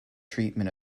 treatment